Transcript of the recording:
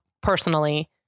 personally